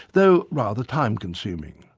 though rather time-consuming.